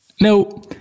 No